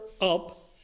up